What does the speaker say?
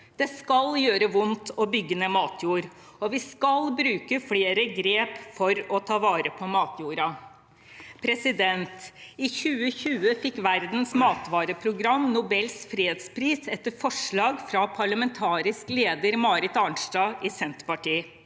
Det skal gjøre vondt å bygge ned matjord, og vi skal bruke flere grep for å ta vare på matjorda. I 2020 fikk Verdens matvareprogram Nobels fredspris etter forslag fra parlamentarisk leder Marit Arnstad i Senterpartiet.